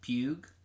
Pug